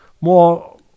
more